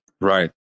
Right